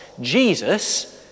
Jesus